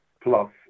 plus